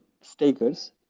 stakers